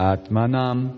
Atmanam